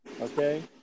Okay